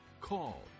call